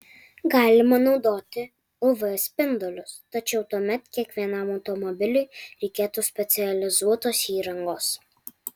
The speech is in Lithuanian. galima naudoti uv spindulius tačiau tuomet kiekvienam automobiliui reikėtų specializuotos įrangos